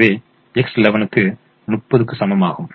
எனவே X11 30 க்கு சமமாகும்